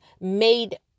made